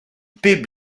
pep